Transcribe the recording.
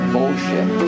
Bullshit